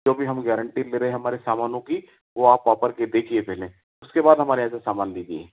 जो भी हम गारंटी ले रहे हैं हमारे सामानों की वह आप आकर के देखिए पहले उसके बाद हमारे यहाँ से सामान लीजिए